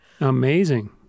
Amazing